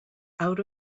out